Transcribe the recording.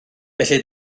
felly